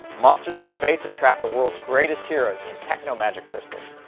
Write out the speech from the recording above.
monsters from space have trapped the world's greatest heroes in techno magic crystals,